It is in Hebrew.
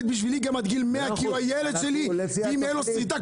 בשבילי גם עד גיל 100 כי הוא הילד שלי ואם תהיה לו שריטה,